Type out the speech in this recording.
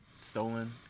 stolen